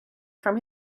from